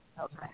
Okay